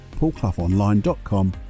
paulcloughonline.com